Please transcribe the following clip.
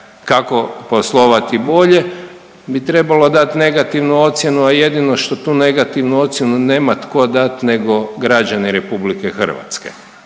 kako poslovati bolje bi trebalo dati negativnu ocjenu, a jedino što tu negativnu ocjenu nema tko dati nego građani RH na